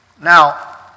Now